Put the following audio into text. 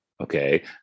okay